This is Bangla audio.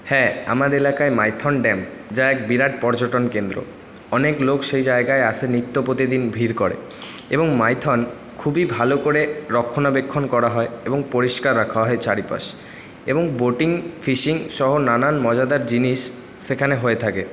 হ্যাঁ আমার এলাকায় মাইথন ড্যাম যা এক বিরাট পর্যটন কেন্দ্র অনেক লোক সেই জায়গায় আসে নিত্য প্রতিদিন ভিড় করে এবং মাইথন খুবই ভালো করে রক্ষণাবেক্ষণ করা হয় এবং পরিষ্কার রাখা হয় চারিপাশ এবং বোটিং ফিশিং সহ নানা মজাদার জিনিস সেখানে হয়ে থাকে